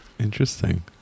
Interesting